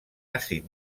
àcid